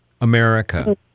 America